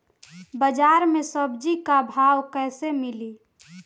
बाजार मे सब्जी क भाव कैसे मिली?